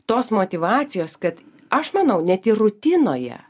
tos motyvacijos kad aš manau net ir rutinoje